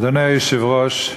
אדוני היושב-ראש,